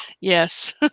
Yes